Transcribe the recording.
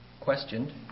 questioned